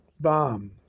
bomb